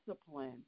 discipline